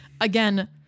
Again